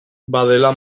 badela